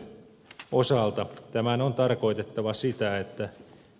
osaamisen osalta tämän on tarkoitettava sitä että